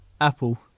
apple